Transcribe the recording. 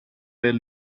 del